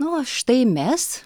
nu o štai mes